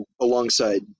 alongside